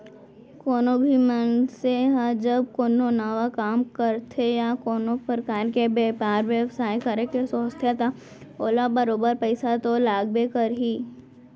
कोनो भी मनसे ह जब कोनो नवा काम करथे या कोनो परकार के बयपार बेवसाय करे के सोचथे त ओला बरोबर पइसा तो लागबे करही